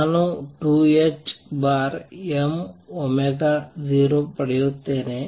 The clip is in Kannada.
ನಾನು 2ℏm0ಪಡೆಯುತ್ತೇನೆ